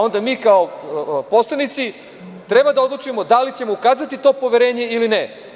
Onda mi kao poslanici treba da odlučimo da li ćemo ukazati to poverenje ili ne.